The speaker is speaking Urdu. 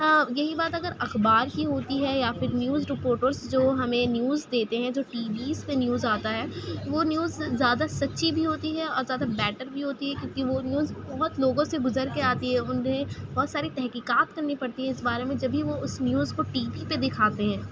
ہاں یہی بات اگر اخبار کی ہوتی ہے یا پھر نیوز رپوٹرس جو ہمیں نیوز دیتے ہیں جو ٹیویز پہ نیوز آتا ہے وہ نیوز زیادہ سچی بھی ہوتی ہے اور زیادہ بیٹر بھی ہوتی ہے کیونکہ وہ نیوز بہت لوگوں سے گزر کے آتی ہے انہیں بہت ساری تحقیقات کرنی پڑتی ہے اس بارے میں جبھی وہ اس نیوز کو ٹی وی پہ دکھاتے ہیں